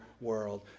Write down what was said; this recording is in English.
world